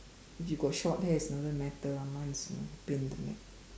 if you got short hair it doesn't matter ah mine is uh pain in the neck